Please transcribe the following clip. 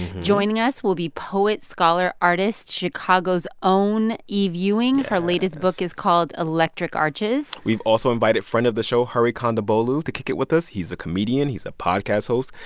joining us will be poet scholar artist, chicago's own eve ewing yes her latest book is called electric arches. we've also invited friend of the show hari kondabolu to kick it with us. he's a comedian. he's a podcast host,